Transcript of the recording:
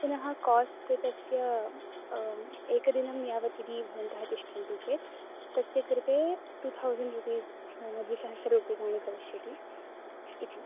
पुनः कोस्ट् तस्य एकदिनं यावत् यदि भवन्तः तिष्ठन्ति चेत् तस्य कृते टु थौसण्ड् रुपीस् नाम द्विसहस्ररूप्यकाणि भविष्यति इति